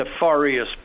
nefarious